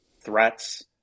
threats